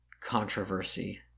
Controversy